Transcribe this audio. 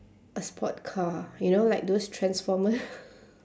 a sport car you know like those transformer